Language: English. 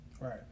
Right